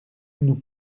nous